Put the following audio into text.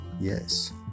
Yes